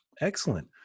Excellent